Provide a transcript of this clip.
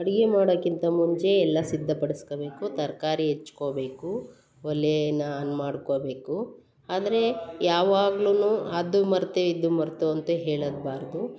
ಅಡಿಗೆ ಮಾಡೋಕ್ಕಿಂತ ಮುಂಚೆ ಎಲ್ಲ ಸಿದ್ಧ ಪಡಿಸ್ಕೊಬೇಕು ತರ್ಕಾರಿ ಹೆಚ್ಕೊಬೇಕು ಒಲೆನ ಆನ್ ಮಾಡ್ಕೊಬೇಕು ಅಂದರೆ ಯಾವಾಗಲೂ ಅದು ಮರೆತೆ ಇದು ಮರ್ತೆ ಅಂತ ಹೇಳದ್ಬಾರದು